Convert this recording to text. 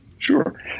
Sure